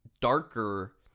darker